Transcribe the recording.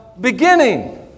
beginning